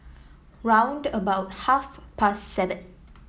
round about half past seven